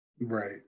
Right